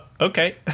Okay